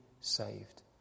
saved